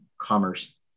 commerce